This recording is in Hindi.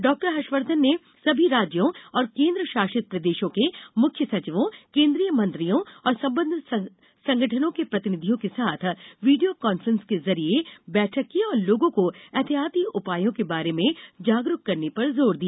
डॉक्टर हर्षवर्धन ने सभी राज्यो और केन्द्रशासित प्रदेशों के मुख्य सचिवों केन्द्रीय मंत्रियों और संबंद्व संगठनों के प्रतिनिधियों के साथ वीडियों कान्फ्रेंस के जरिए बैठक की और लोगों को ऐहतियाती उपायों के बार में जागरूक करने पर जोर दिया